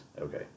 Okay